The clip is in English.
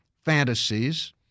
fantasies